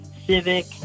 civic